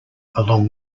along